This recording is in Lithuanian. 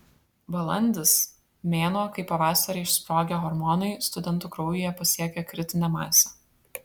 balandis mėnuo kai pavasarį išsprogę hormonai studentų kraujyje pasiekia kritinę masę